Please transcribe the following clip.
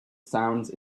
sounds